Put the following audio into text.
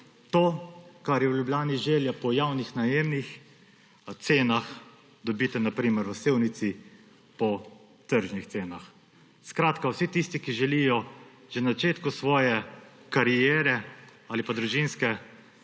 To, kar je v Ljubljani želja po javnih najemnih cenah, dobite na primer v Sevnici po tržnih cenah. Vsi tisti, ki želite že na začetku svoje kariere ali družinske